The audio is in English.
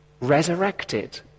resurrected